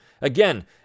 Again